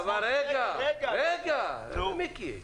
רגע, מיקי.